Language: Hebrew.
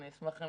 אני אשמח אם